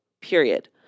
period